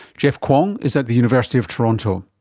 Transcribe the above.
jeff kwong is at the university of toronto.